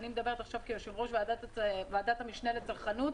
אני מדברת עכשיו כיושבת-ראש ועדת המשנה לצרכנות,